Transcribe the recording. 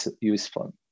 useful